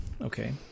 Okay